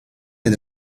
and